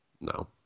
No